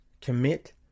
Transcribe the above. commit